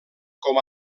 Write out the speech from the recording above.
com